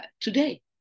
today